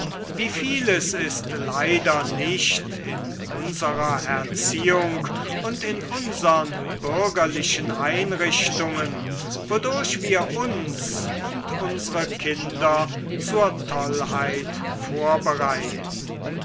wie vie les ist leider nicht in unserer erziehung und in unsern bürgerlichen einrichtungen wodurch wir uns und unsere kinder zur tollheit vorbereiten